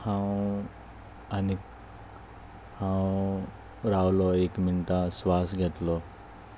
हांव आनीक हांव रावलो एक मिनटां स्वास घेतलो